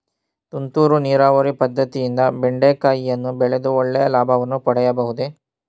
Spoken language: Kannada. ತುಂತುರು ನೀರಾವರಿ ಪದ್ದತಿಯಿಂದ ಬೆಂಡೆಕಾಯಿಯನ್ನು ಬೆಳೆದು ಒಳ್ಳೆಯ ಲಾಭವನ್ನು ಪಡೆಯಬಹುದೇ?